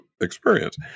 experience